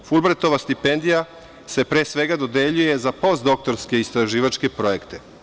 Fulbrajtova stipendija se pre svega dodeljuje za postdoktorske istraživačke projekte.